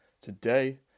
Today